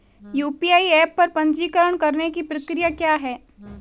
UPI app पर पंजीकरण करने की प्रक्रिया क्या है?